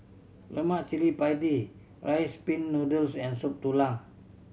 lemak cili padi Rice Pin Noodles and Soup Tulang